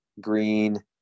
Green